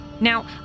Now